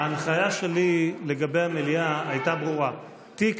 ההנחיה שלי לגבי המליאה הייתה ברורה: תיק